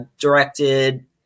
directed